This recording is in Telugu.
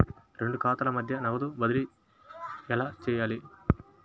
రెండు ఖాతాల మధ్య నగదు బదిలీ ఎలా చేయాలి?